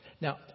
Now